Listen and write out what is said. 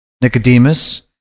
Nicodemus